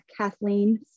Kathleen